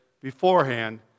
beforehand